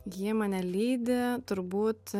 jie mane lydi turbūt